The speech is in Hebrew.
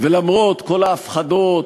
ולמרות כל ההפחדות,